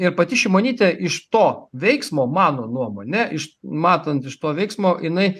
ir pati šimonytė iš to veiksmo mano nuomone iš matant iš to veiksmo jinai